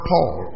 Paul